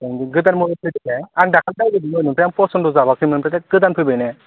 गोदान मदेल फैदों ना आं दाखालि नायबोदोंमोन ओमफ्राय आं पसन्द' जाबोआखैमोन ओमफ्राय दा गोदान फैबाय ने